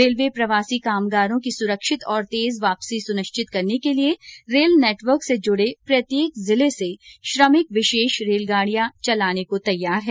railway प्रवासी कामगारों की सुरक्षित और तेज वापसी सुनिश्चित करने के लिये रेल नेटवर्क से जुड़े प्रत्येक जिले से श्रमिक विशेष रेलगाड़ियां चलाने को तैयार है